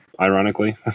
ironically